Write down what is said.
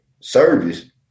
service